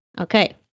Okay